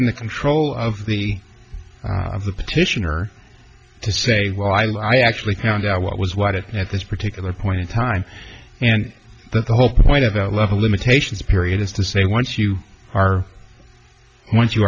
in the control of the of the petitioner to say well i actually found out what was what it at this particular point in time and that the whole point about level limitations period is to say once you are once you